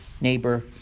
neighbor